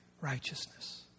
righteousness